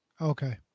Okay